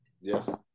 Yes